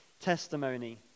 testimony